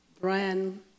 Brian